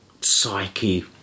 psyche